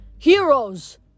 Heroes